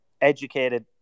educated